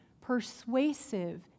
persuasive